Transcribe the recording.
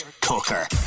cooker